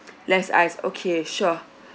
less ice okay sure